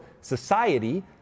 society